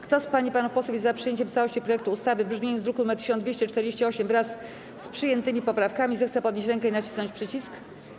Kto z pań i panów posłów jest za przyjęciem w całości projektu ustawy w brzmieniu z druku nr 1248, wraz z przyjętymi poprawkami, zechce podnieść rękę i nacisnąć przycisk.